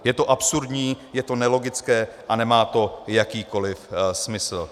Je to absurdní, je to nelogické a nemá to jakýkoliv smysl.